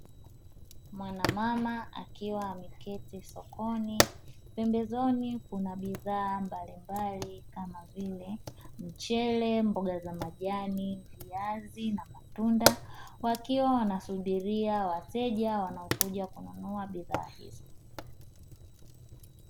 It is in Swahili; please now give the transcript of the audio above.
Mwanamama akiwa ameketi sokoni, pembezoni kuna bidhaa mbalimbali kama vile, mchele, mboga za majani, viazi na matunda wakiwa wanasubiria wateja wanaokuja kununua bidhaa hizo.